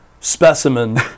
specimen